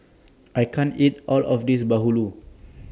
I can't eat All of This Bahulu